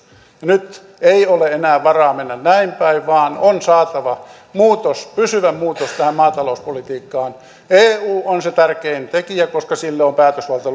nyt ei ole enää varaa mennä näinpäin vaan on saatava muutos pysyvä muutos tähän maatalouspolitiikkaan eu on se tärkein tekijä koska sille on päätösvalta